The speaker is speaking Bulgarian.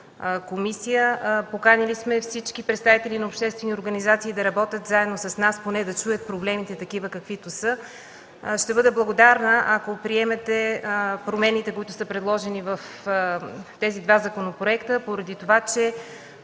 комисия. Поканили сме всички представители на обществени организации да работят заедно с нас, поне да чуят проблемите, такива каквито са. Ще бъда благодарна, ако приемете промените, които са предложени в тези два законопроекта, поради това че